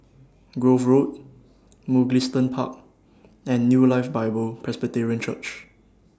Grove Road Mugliston Park and New Life Bible Presbyterian Church